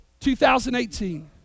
2018